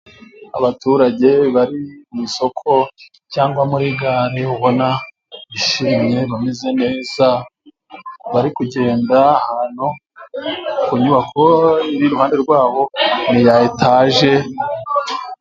Abaturage bari mu isoko cyangwa muri gare, ubona bishimye bameze neza, bari kugenda ahantu ku nyubako iruhande rwaho ni iya etaje,..